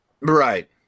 Right